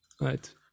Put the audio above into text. Right